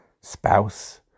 spouse